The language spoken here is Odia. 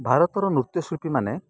ଭାରତର ନୃତ୍ୟଶିଳ୍ପୀମାନେ